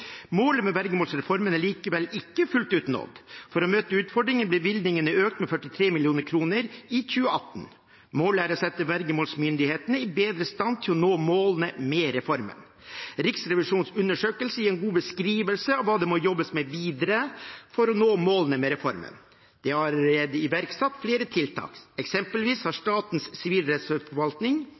Målet med vergemålsreformen er likevel ikke fullt ut nådd. For å møte utfordringene er bevilgningene økt med 43 mill. kr i 2018. Målet er å sette vergemålsmyndighetene i bedre stand til å nå målene med reformen. Riksrevisjonens undersøkelse gir en god beskrivelse av hva det må jobbes med videre for å nå målene med reformen. Det er allerede iverksatt flere tiltak. Eksempelvis har Statens sivilrettsforvaltning